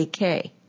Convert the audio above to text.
AK